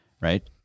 right